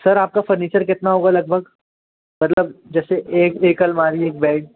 sir आपका furniture कितना होगा लगभग मतलब जैसे एक एक अलमारी एक बेड